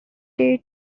day